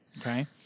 okay